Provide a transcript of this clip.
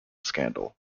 scandal